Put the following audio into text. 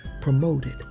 promoted